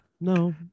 No